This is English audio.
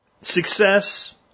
success